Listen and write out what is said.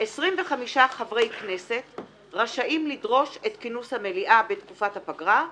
25 חברי כנסת רשאים לדרוש את כינוס המליאה בתקופת הפגרה,